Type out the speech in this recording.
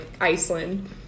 iceland